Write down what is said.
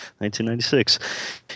1996